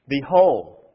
Behold